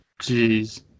jeez